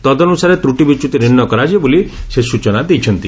ତଦନ୍ରସାରେ ତ୍ରଟିବିଚ୍ୟୁତି ନିର୍ଣ୍ଣୟ କରାଯିବ ବୋଲି ସେ ସ୍ବଚନା ଦେଇଛନ୍ତି